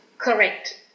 Correct